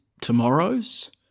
tomorrow's